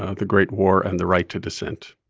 ah the great war, and the right to dissent.